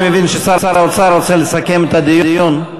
אני מבין ששר האוצר רוצה לסכם את הדיון.